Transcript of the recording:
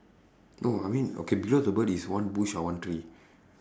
no I mean okay below the bird is one bush or one tree